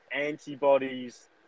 antibodies